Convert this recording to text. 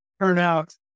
turnout